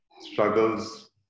Struggles